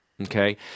Okay